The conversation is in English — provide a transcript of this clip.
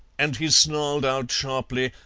and he snarled out sharply,